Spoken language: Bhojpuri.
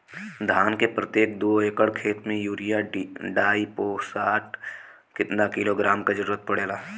धान के प्रत्येक दो एकड़ खेत मे यूरिया डाईपोटाष कितना किलोग्राम क जरूरत पड़ेला?